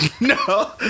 No